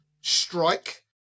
strike